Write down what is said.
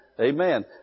Amen